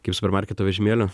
kaip supermarketo vežimėlio